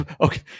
okay